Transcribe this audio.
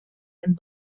and